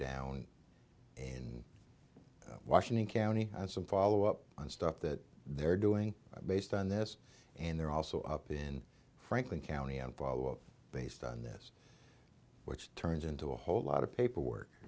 down in washington county and some follow up on stuff that they're doing based on this and they're also up in franklin county and follow up based on this which turns into a whole lot of paperwork